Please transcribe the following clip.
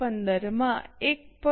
15 માં 1